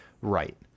right